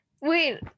wait